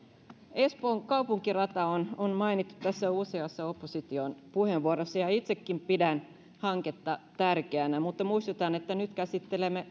espoon kaupunkirata on on mainittu tässä useassa opposition puheenvuorossa ja itsekin pidän hanketta tärkeänä mutta muistutan että nyt käsittelemme